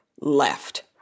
left